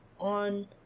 on